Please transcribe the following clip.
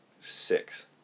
six